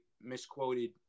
misquoted